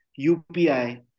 UPI